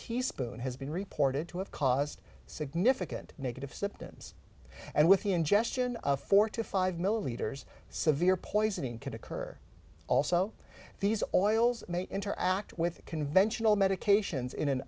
teaspoon has been reported to have caused significant negative symptoms and with the ingestion of four to five millimeters severe poisoning can occur also these oil may interact with conventional medications in an